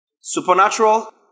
Supernatural